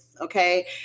okay